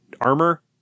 armor